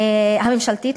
הממשלתית,